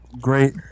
great